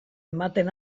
ematen